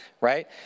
Right